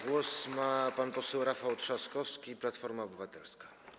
Głos ma pan poseł Rafał Trzaskowski, Platforma Obywatelska.